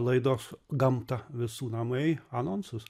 laidos gamta visų namai anonsus